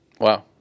Wow